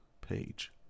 page